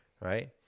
Right